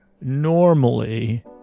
normally